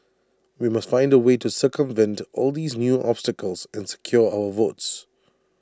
we must find A way to circumvent all these new obstacles and secure our votes